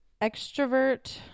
extrovert